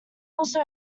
also